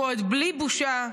ועוד בלי בושה,